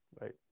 Right